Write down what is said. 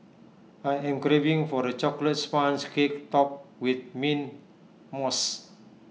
I am craving for A Chocolate Sponge Cake Topped with Mint Mousse